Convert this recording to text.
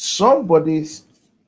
Somebody's